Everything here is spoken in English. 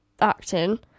acting